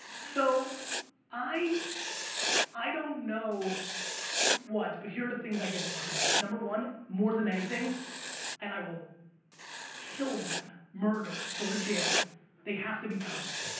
so i i don't know what, but here are the things i give a fuck about number one more than anything and i will kill them, murder, go to jail they have to be kind.